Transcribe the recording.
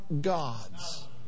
God's